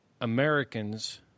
Americans